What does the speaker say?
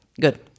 good